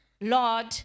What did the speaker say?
Lord